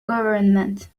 government